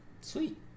Sweet